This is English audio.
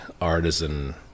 artisan